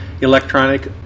electronic